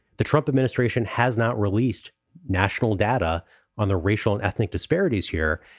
the trump administration has not released national data on the racial and ethnic disparities here.